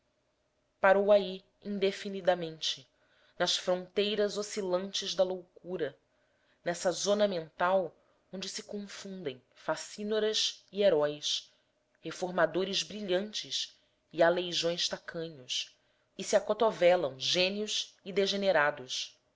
parou aí indefinidamente nas fronteiras oscilantes da loucura nessa zona mental onde se confundem facínoras e heróis reformadores brilhantes e aleijões tacanhos e se acotovelam gênios e degenerados